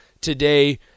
today